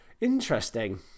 Interesting